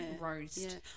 roast